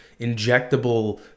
injectable